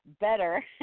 better